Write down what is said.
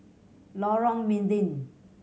Lorong Mydin